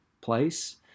place